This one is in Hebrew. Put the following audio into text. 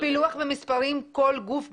פילוח במספרים - כל גוף,